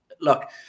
look